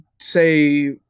say